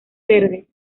verdes